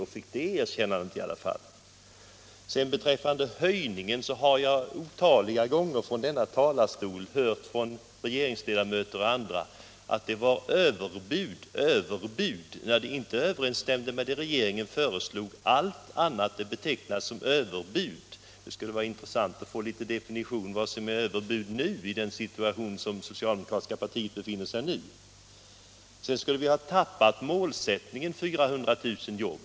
När socialdemokraterna satt i regeringsställning sades det otaliga gånger från denna talarstol att de borgerliga kom med överbud. Det vore intressant att få veta vad som är överbud nu i den situation som det socialdemokratiska partiet befinner sig i. Vi skulle enligt fru Leijon ha tappat målsättningen 400 000 nya jobb.